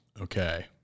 Okay